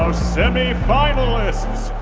semifinalists.